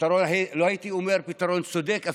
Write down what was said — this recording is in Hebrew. ולא הייתי אומר פתרון צודק,